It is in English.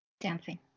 Dancing